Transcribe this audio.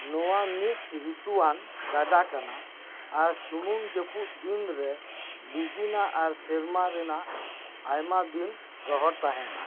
ᱱᱚᱣᱟ ᱢᱤᱫ ᱨᱤᱛᱩᱣᱟᱱ ᱜᱟᱰᱟ ᱠᱟᱱᱟ ᱟᱨ ᱥᱩᱢᱩᱝ ᱡᱟᱹᱯᱩᱫ ᱫᱤᱱᱨᱮ ᱞᱤᱸᱡᱤᱱᱟ ᱟᱨ ᱥᱮᱨᱢᱟ ᱨᱮᱱᱟᱜ ᱟᱭᱢᱟ ᱫᱤᱱ ᱨᱚᱦᱚᱲ ᱛᱟᱦᱮᱱᱟ